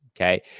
Okay